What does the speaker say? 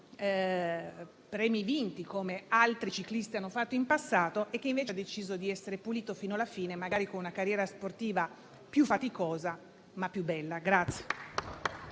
premi, come altri ciclisti hanno fatto in passato, ma che ha deciso invece di essere pulito fino alla fine, magari con una carriera sportiva più faticosa, ma più bella.